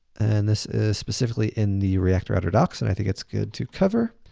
and this is specifically in the reactor router docs and i think it's good to cover.